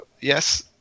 Yes